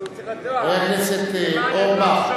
חבר הכנסת אורבך,